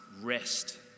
rest